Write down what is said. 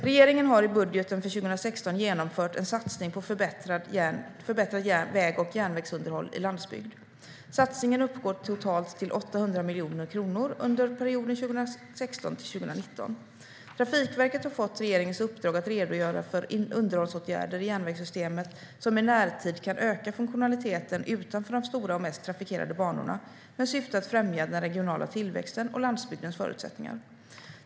Regeringen har i budgeten för 2016 genomfört en satsning på förbättrat väg och järnvägsunderhåll i landsbygd. Satsningen uppgår totalt till 800 miljoner kronor under perioden 2016-2019. Trafikverket har fått regeringens uppdrag att redogöra för underhållsåtgärder i järnvägssystemet som i närtid kan öka funktionaliteten utanför de stora och mest trafikerade banorna med syfte att främja den regionala tillväxten och landsbygdens förutsättningar.